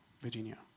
Virginia